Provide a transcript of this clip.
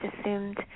assumed